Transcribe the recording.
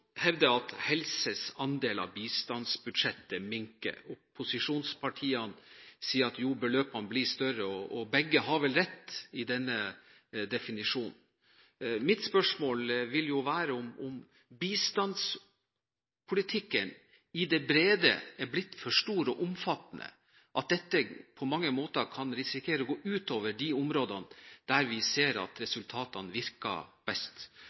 hevder at helseandelen av bistandsbudsjettet minker. Opposisjonspartiene sier at beløpene blir større. Begge har vel rett i denne definisjonen. Mitt spørsmål vil være om bistandspolitikken i det brede er blitt for stor og omfattende, slik at dette på mange måter kan risikere å gå ut over de områdene der vi ser at resultatene virker best.